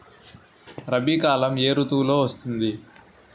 రబీ కాలం ఏ ఋతువులో వస్తుంది?